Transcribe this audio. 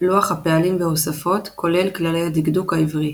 לוח הפעלים והוספות – כולל כללי הדקדוק העברי